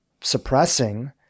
suppressing